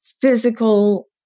physical